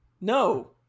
No